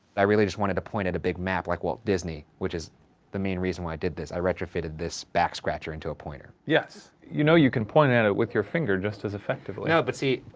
i really just wanted to point at a big map like walt disney. which is the main reason why i did this. i retrofitted this back scratcher into a pointer. yes, you know you can point at it with your finger just as effectively. no, but see.